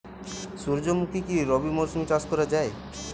সুর্যমুখী কি রবি মরশুমে চাষ করা যায়?